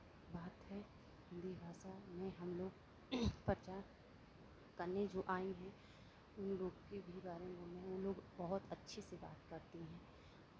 बात है हिन्दी भाषा में हम लोग प्रचार करने जो आई हैं उन लोग के भी बारे में उन लोग बहुत अच्छे से बात करती हैं